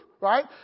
right